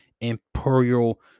imperial